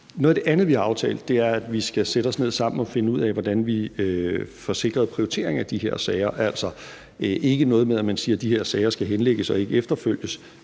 det andet, vi har aftalt, er, at vi skal sætte os ned sammen og finde ud af, hvordan vi får sikret prioriteringen af de her sager, altså ikke noget med, at man siger, at de her sager skal henlægges, og at der ikke